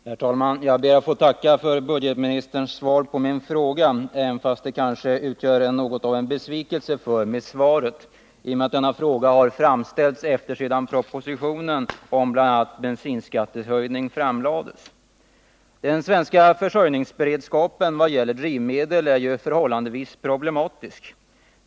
Herr talman! Jag ber att få tacka för budgetministerns svar på min fråga, även om det utgör något av en besvikelse för mig. Frågan hade ju framställts sedan propositionen om bl.a. bensinskattehöjning framlagts. Den svenska försörjningsberedskapen vad gäller drivmedel är förhållandevis problematisk.